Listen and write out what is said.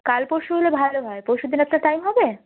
কাল পরশু হলে ভালো হয় পরশু দিন আপনার টাইম হবে